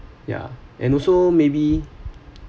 ya and also maybe